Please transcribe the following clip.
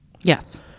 Yes